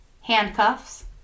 handcuffs